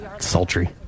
sultry